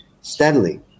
steadily